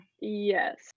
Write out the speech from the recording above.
Yes